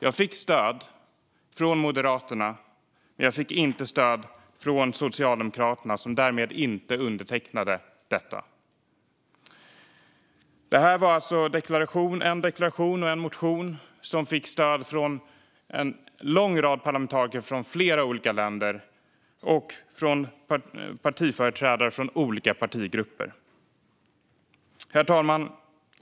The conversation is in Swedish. Jag fick stöd från Moderaterna, men jag fick inte stöd från Socialdemokraterna som därmed inte undertecknade detta. Det här var alltså en deklaration och en motion som fick stöd från en lång rad parlamentariker från flera olika länder och från partiföreträdare från olika partigrupper. Herr talman!